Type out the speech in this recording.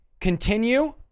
continue